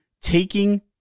taking